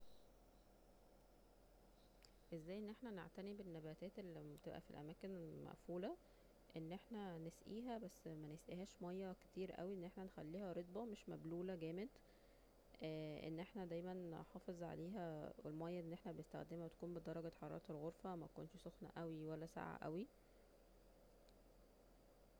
ازاي أن احنا نعتني بالنباتات اللي بتبقى في الأماكن المقفولة أن احنا نسقيها بس منسقيهاش ميه كتير اوي أن احنا نخليها رطبة مش مبلولة جامد أن احنا دايما نحافظ عليها والمياه اللي احنا بنستخدمها تكون ب درجة حرارة الغرفة متكونش سخنه اوي ولا ساقعة اوي